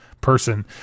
person